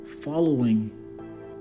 following